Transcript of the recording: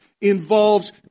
involves